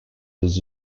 this